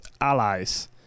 Allies